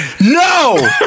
No